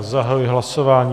Zahajuji hlasování.